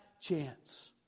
chance